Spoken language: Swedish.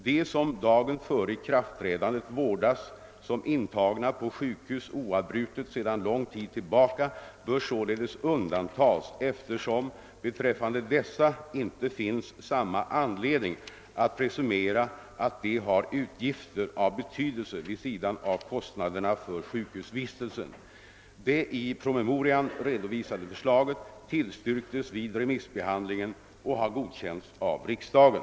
De som dagen före ikraftträdandet vårdas som intagna på sjukhus oavbrutet sedan lång tid tillbaka bör således undantas eftersom beträffande dessa inte finns samma anledning att presumera att de har utgifter av betydelse vid sidan av kostnaderna för sjukhusvistelsen.» Det i promemorian redovisade förslaget tillstyrktes vid remissbehandlingen och har godkänts av riksdagen.